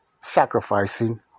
sacrificing